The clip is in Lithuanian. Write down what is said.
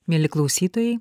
mieli klausytojai